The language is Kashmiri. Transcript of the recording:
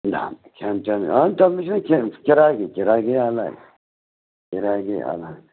نہَ کھٮ۪ن چٮ۪ن آ تَتھ منٛز چھُنا کھٮ۪ن کِراے کِراے گٔے اَلگ کِراے گٔے الگ